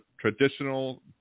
traditional